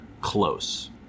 close